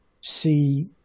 see